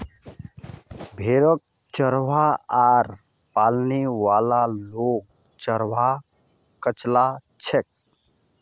भेड़क चरव्वा आर पालने वाला लोग चरवाहा कचला छेक